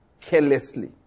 carelessly